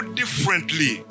differently